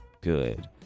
good